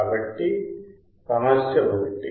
కాబట్టి సమస్య 1 ఏమిటి